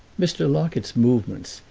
mr. locket's movements,